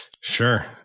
Sure